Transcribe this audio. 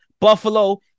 Buffalo